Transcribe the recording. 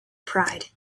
pride